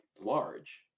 large